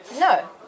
No